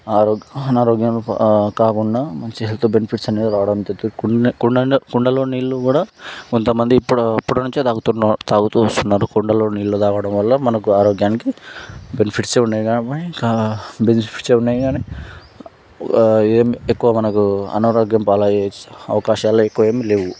ఆరో అనారోగ్యం కాకుండా మంచి హెల్త్ బెనిఫిట్స్ అనేవి కుండ కుండన కుండలో నీళ్లు కూడా కొంతమంది ఇప్పటి అప్పటి నుంచే తాగుతు తాగుతూవొస్తున్నారు కుండలో నీళ్లు తాగటం వల్ల మనకు ఆరోగ్యానికి బెనిఫిట్సే ఉన్నాయి కానీ బెనిఫిట్స్ ఉన్నాయి కానీ ఏమి ఎక్కువ మనకు అనారోగ్యంపాలు అయ్యే అవకాశాలు ఎక్కువ ఏం లేవు